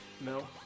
No